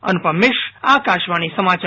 अनुपम मिश्र आकाशवाणी समाचार